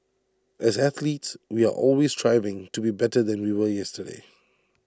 as athletes we are always striving to be better than we were yesterday